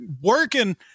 working